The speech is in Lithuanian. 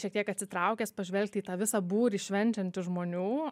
šiek tiek atsitraukęs pažvelgti į tą visą būrį švenčiančių žmonių